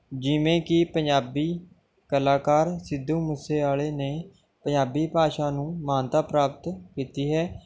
ਜਿਵੇਂ ਕਿ ਪੰਜਾਬੀ ਕਲਾਕਾਰ ਸਿੱਧੂ ਮੂਸੇਆਲੇ ਨੇ ਪੰਜਾਬੀ ਭਾਸ਼ਾ ਨੂੰ ਮਾਨਤਾ ਪ੍ਰਾਪਤ ਕੀਤੀ ਹੈ